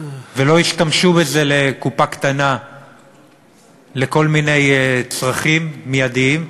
ולא ישתמשו בזה לקופה קטנה לכל מיני צרכים מיידיים,